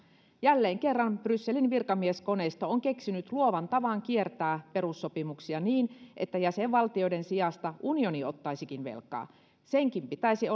jälleen kerran brysselin virkamieskoneisto on keksinyt luovan tavan kiertää perussopimuksia niin että jäsenvaltioiden sijasta unioni ottaisikin velkaa senkin pitäisi